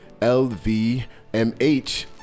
LVMH